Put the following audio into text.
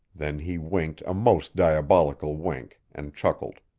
then he winked a most diabolical wink, and chuckled.